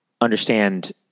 understand